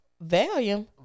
Volume